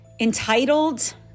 Entitled